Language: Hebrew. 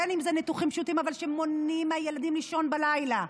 בין אם זה ניתוחים פשוטים אבל שמאפשרים לילדים לישון בלילה,